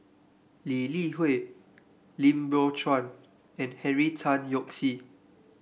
Lee Li Hui Lim Biow Chuan and Henry Tan Yoke See